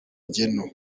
gen